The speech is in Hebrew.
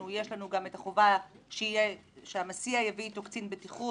יש לנו גם את החובה שהמסיע יביא אתו קצין בטיחות,